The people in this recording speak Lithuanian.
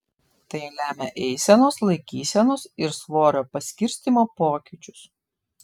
tai lemia eisenos laikysenos ir svorio paskirstymo pokyčius